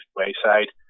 wayside